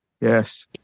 Yes